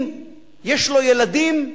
אם יש לו ילדים,